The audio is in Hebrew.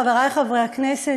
חברי חברי הכנסת,